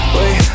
Wait